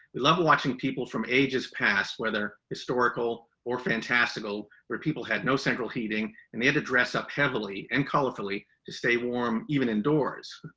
we love watching people from ages past, whether historical or fantastical, where people had no central heating and they had to dress up heavily and colorfully to stay warm, even indoors.